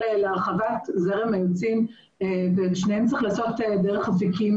להרחבת זרם היוצאים ואת שני המקרים האלה צריכים לעשות דרך אפיקים